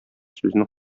сүзне